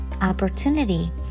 opportunity